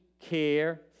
care